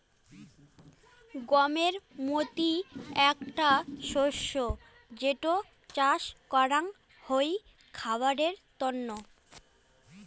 গমের মতি আকটা শস্য যেটো চাস করাঙ হই খাবারের তন্ন